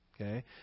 Okay